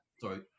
sorry